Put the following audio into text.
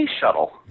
shuttle